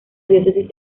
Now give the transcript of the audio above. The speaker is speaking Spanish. diócesis